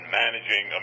managing